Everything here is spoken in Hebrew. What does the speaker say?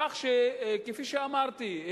כפי שאמרתי,